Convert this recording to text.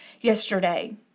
yesterday